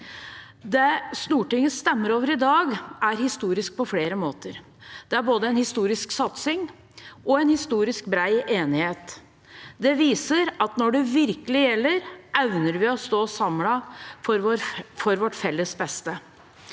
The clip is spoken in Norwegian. Det Stortinget stemmer over i dag, er historisk på flere måter. Det er både en historisk satsing og en histo risk bred enighet. Det viser at når det virkelig gjelder, evner vi å stå samlet for vårt felles beste.